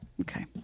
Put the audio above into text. Okay